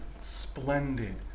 splendid